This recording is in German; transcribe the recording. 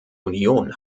union